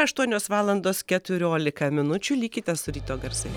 aštuonios valandos keturiolika minučių likite su ryto garsais